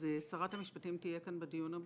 שרת המשפטים תהיה כאן בדיון הבא,